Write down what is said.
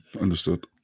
Understood